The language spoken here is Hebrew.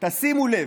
תשימו לב.